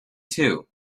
too